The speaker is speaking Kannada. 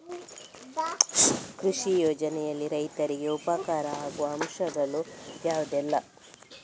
ಕೃಷಿ ಯೋಜನೆಯಲ್ಲಿ ರೈತರಿಗೆ ಉಪಕಾರ ಆಗುವ ಅಂಶಗಳು ಯಾವುದೆಲ್ಲ?